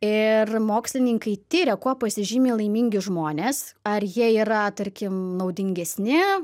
ir mokslininkai tiria kuo pasižymi laimingi žmonės ar jie yra tarkim naudingesni